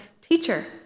Teacher